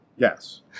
Yes